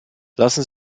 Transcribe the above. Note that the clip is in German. lassen